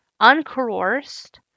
uncoerced